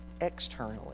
externally